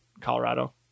Colorado